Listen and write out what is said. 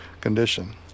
condition